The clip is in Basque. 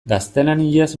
gaztelaniaz